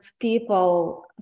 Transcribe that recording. people